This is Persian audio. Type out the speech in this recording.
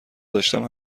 داشتم